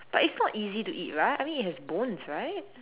but it's not easy to eat right I mean it has bones right